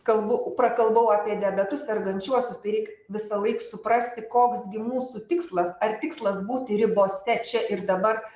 kalbu prakalbau apie diabetu sergančiuosius tai reik visąlaik suprasti koks gi mūsų tikslas ar tikslas būti ribose čia ir dabar